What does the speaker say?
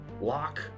lock